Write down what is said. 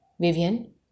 Vivian